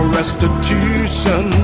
restitution